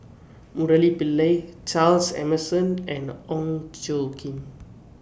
Murali Pillai Charles Emmerson and Ong Tjoe Kim